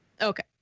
Okay